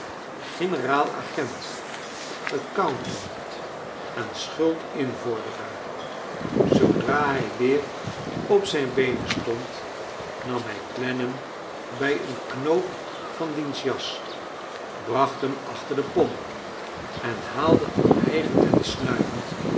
generaal agent accountant en schnldinvorderaar zoodra hij weer op zijn beenen stond nam hij clennam bij een knoop van diens jas bracht hem achter de pomp en haalde al hijgend en snnivend